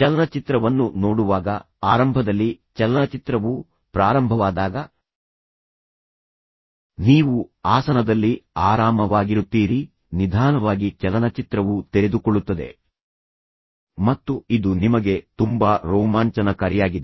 ಚಲನಚಿತ್ರವನ್ನು ನೋಡುವಾಗ ಆರಂಭದಲ್ಲಿ ಚಲನಚಿತ್ರವು ಪ್ರಾರಂಭವಾದಾಗ ನೀವು ಆಸನದಲ್ಲಿ ಆರಾಮವಾಗಿರುತ್ತೀರಿ ನಿಧಾನವಾಗಿ ಚಲನಚಿತ್ರವು ತೆರೆದುಕೊಳ್ಳುತ್ತದೆ ಮತ್ತು ಇದು ನಿಮಗೆ ತುಂಬಾ ರೋಮಾಂಚನಕಾರಿಯಾಗಿದೆ